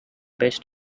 best